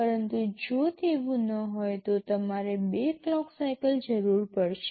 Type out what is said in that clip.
પરંતુ જો તેવું ન હોય તો તમારે ૨ ક્લોક સાઇકલ જરૂર પડશે